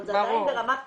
אבל זה עדיין ברמת פרויקט.